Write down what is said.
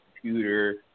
computer